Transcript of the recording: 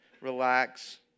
relax